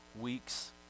weeks